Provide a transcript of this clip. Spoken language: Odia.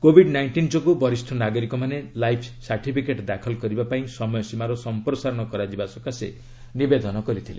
କୋଭିଡ ନାଇଞ୍ଜିନ୍ ଯୋଗୁଁ ବରିଷ୍ଣ ନାଗରିକ ମାନେ ଲାଇଫ୍ ସାର୍ଟିଫିକେଟ୍ ଦାଖଲ କରିବା ପାଇଁ ସମୟସୀମାର ସମ୍ପ୍ରସାରଣ ସକାଶେ ନିବେଦନ କରିଥିଲେ